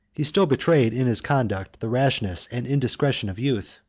he still betrayed in his conduct the rashness and indiscretion of youth.